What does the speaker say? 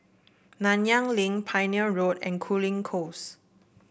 Nanyang Link Pioneer Road and Cooling Close